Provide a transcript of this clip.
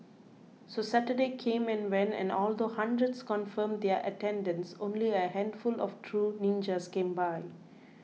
so Saturday came and went and although hundreds confirmed their attendance only a handful of true ninjas came by